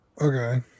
Okay